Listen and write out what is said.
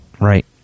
Right